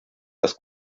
das